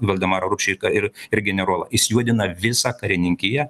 valdemarą rupšį ir ir generolą jis judina visą karininkiją